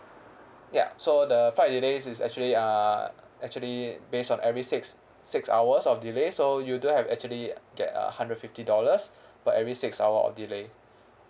ya so the flight delay is actually uh actually based on every six six hours of delay so you do have actually get a hundred fifty dollars per every six hour of delay